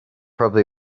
probably